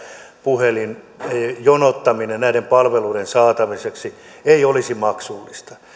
puhelinjonottaminen näiden palveluiden saamiseksi ei olisi maksullista